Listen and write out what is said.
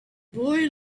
boy